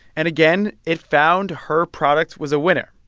and again, it found her product was a winner.